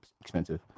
expensive